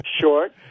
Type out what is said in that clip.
short